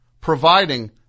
providing